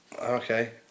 okay